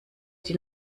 die